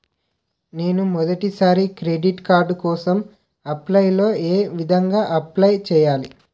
నేను మొదటిసారి credit card కోసం ఆన్లైన్ లో ఏ విధంగా అప్లై చేయాలి?